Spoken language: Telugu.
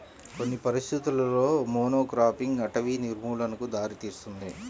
కొన్ని పరిస్థితులలో మోనోక్రాపింగ్ అటవీ నిర్మూలనకు దారితీస్తుంది